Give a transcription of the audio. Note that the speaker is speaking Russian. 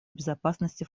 безопасности